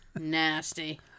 Nasty